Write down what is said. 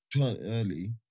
early